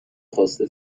خواسته